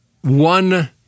one